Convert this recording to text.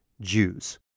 Jews